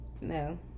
no